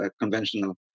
conventional